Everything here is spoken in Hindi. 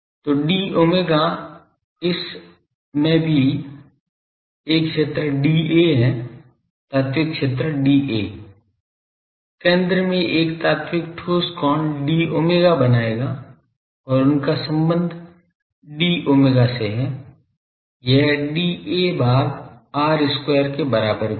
तो d omega इस में भी एक क्षेत्र dA है तात्त्विक क्षेत्र dA केंद्र में एक तात्त्विक ठोस कोण d omega बनाएगा और उनका संबंध d omega से है यह dA भाग r square के बराबर भी है